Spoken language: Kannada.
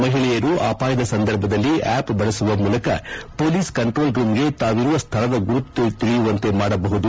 ಮಹಿಳೆಯರು ಅವಾಯದ ಸಂದರ್ಭದಲ್ಲಿ ಆಪ್ ಬಳಸುವ ಮೂಲಕ ಪೋಲೀಸ್ ಕಂಟ್ರೋಲ್ ರೂಂಗೆ ತಾವಿರುವ ಸ್ವಳದ ಗುರುತು ತಿಳಿಯುವಂತೆ ಮಾಡಬಹುದು